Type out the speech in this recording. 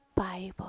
Bible